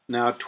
Now